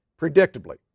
Predictably